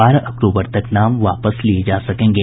बारह अक्तूबर तक नाम वापस लिए जा सकेंगे